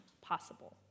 possible